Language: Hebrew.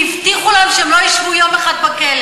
והבטיחו להם שהם לא ישבו יום אחד בכלא.